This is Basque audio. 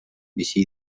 bizi